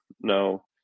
no